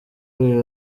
uyu